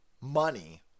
money